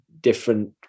different